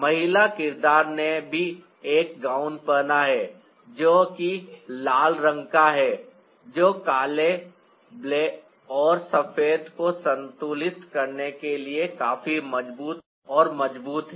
महिला किरदार ने भी एक गाउन पहना है जो कि लाल रंग का है जो काले और सफेद को संतुलित करने के लिए काफी मजबूत और मजबूत है